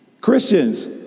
Christians